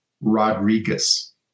Rodriguez